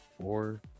four